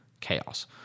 Chaos